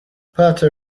puerto